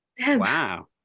Wow